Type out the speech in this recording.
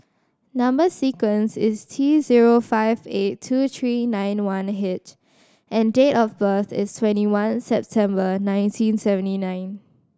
number sequence is T zero five eight two three nine one H and date of birth is twenty one September nineteen seventy nine